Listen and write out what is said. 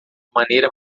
maneira